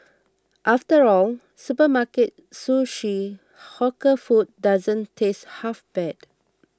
after all supermarket sushi hawker food doesn't taste half bad